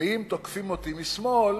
ותוקפים אותי משמאל,